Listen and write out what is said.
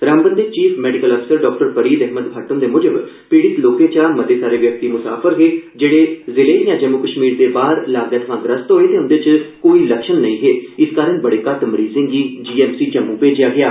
रामबन दे chief medical अफसर डॉ फरीद अहमद भट्ट हूंदे मूजब पीड़ित लोकें चा मते हारे व्यक्ति मुसाफर हे जेहड़े जिले जां जम्मू कश्मीर दे आहर लागै थमां ग्रस्त होए ते उंदे च कोई लक्षण नेई ऐ इस कारण बड़े घट्ट मरीजें गी जीएमसी जम्मू भेजेआ गेआ